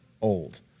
old